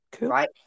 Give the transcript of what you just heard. Right